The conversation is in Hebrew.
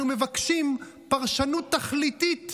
אנחנו מבקשים פרשנות תכליתית